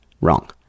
Wrong